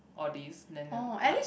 or did you like